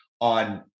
on